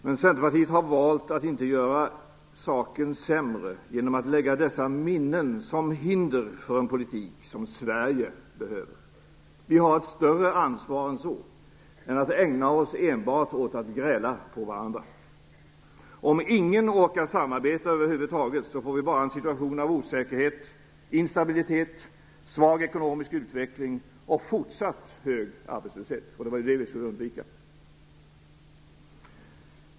Men Centerpartiet har valt att inte göra saken sämre genom att lägga dessa minnen som hinder för en politik som Sverige behöver. Vi har ett större ansvar än att enbart ägna oss åt att gräla på varandra. Om ingen över huvud taget orkar samarbeta får vi en situation av osäkerhet, instabilitet, svag ekonomisk utveckling och fortsatt hög arbetslöshet. Och det var ju det vi skulle undvika.